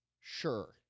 Sure